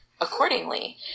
accordingly